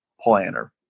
planner